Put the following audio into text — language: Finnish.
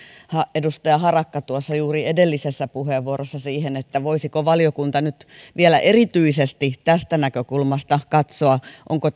edustaja harakka juuri tuossa edellisessä puheenvuorossa siihen voisiko valiokunta nyt vielä erityisesti tästä näkökulmasta katsoa onko